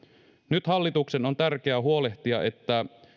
nyt hallituksen on tärkeää huolehtia että